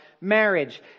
marriage